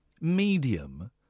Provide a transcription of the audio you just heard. medium